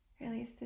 Release